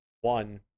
one